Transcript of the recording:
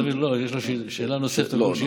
יש לו שאלה נוספת על כל שאילתה?